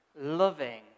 loving